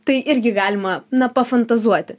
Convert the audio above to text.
tai irgi galima na pafantazuoti